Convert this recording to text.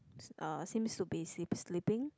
uh seems to be sleep sleeping